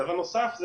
דבר נוסף,